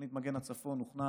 תוכנית מגן הצפון הוכנה